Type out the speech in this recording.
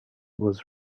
was